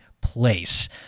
place